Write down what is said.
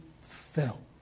fell